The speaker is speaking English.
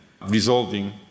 resolving